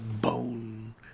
bone